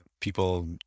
people